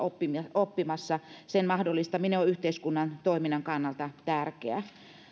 oppimassa sen mahdollistaminen on yhteiskunnan toiminnan kannalta tärkeää